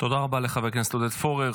תודה רבה לחבר הכנסת עודד פורר.